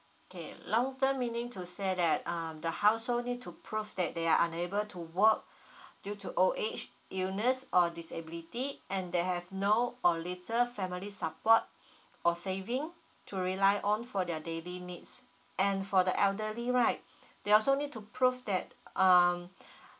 K long term meaning to say that um the household need to prove that they are unable to work due to old age illness or disability and they have no or little family support or saving to rely on for their daily needs and for the elderly right they also need to prove that um